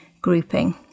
grouping